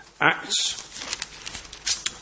Acts